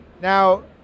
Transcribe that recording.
Now